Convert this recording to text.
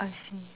I see